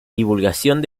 divulgación